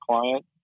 client